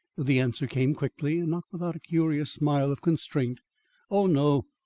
the answer came quickly, and not without a curious smile of constraint oh, no.